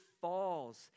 falls